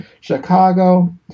Chicago